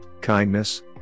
kindness